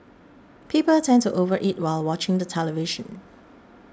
people tend to overeat while watching the television